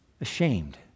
ashamed